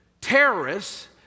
terrorists